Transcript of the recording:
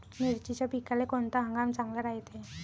मिर्चीच्या पिकाले कोनता हंगाम चांगला रायते?